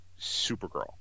Supergirl